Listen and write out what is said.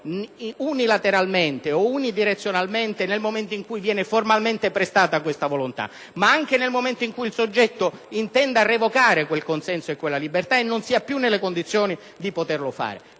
unilateralmente e unidirezionalmente nel momento in cui viene formalmente prestata questa volontà, ma anche nel momento in cui il soggetto intenda revocare quel consenso e quella libertà e non sia più nelle condizioni di poterlo fare.